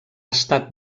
estat